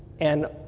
and